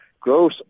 growth